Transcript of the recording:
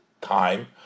time